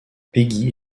peggy